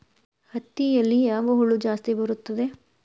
ಹತ್ತಿಯಲ್ಲಿ ಯಾವ ಹುಳ ಜಾಸ್ತಿ ಬರುತ್ತದೆ?